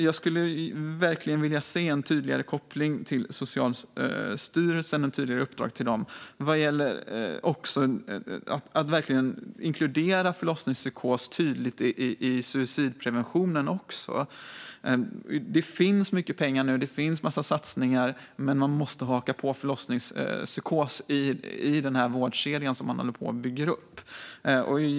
Jag skulle verkligen vilja se en tydligare koppling till Socialstyrelsen och ett tydligare uppdrag till dem att inkludera förlossningspsykos i suicidpreventionen. Det finns nu mycket pengar och en massa satsningar, men man måste haka på förlossningspsykoserna i den vårdkedja som man håller på och bygger upp.